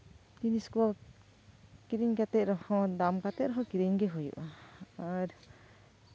ᱡᱤᱱᱤᱥ ᱠᱚ ᱠᱤᱨᱤᱧ ᱠᱟᱛᱮᱫ ᱨᱮᱦᱚᱸ ᱫᱟᱢ ᱠᱟᱛᱮᱫ ᱦᱚᱸ ᱠᱤᱨᱤᱧ ᱜᱮ ᱦᱩᱭᱩᱜᱼᱟ ᱟᱨ